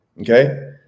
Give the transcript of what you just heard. okay